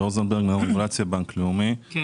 בנק לאומי, בבקשה.